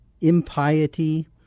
impiety